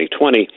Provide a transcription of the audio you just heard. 2020